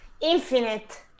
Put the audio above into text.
infinite